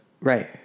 Right